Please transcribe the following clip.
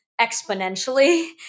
exponentially